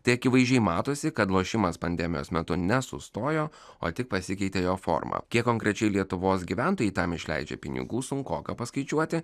tai akivaizdžiai matosi kad lošimas pandemijos metu nesustojo o tik pasikeitė jo forma kiek konkrečiai lietuvos gyventojai tam išleidžia pinigų sunkoka paskaičiuoti